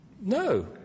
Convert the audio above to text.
No